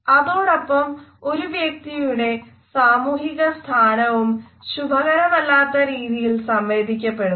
അതോടൊപ്പം ഒരു വ്യക്തിയുടെ സാമൂഹീകസ്ഥാനവും ശുഭകരമല്ലാത്ത രീതിയിൽ സംവേദിക്കപ്പെടുന്നു